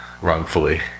wrongfully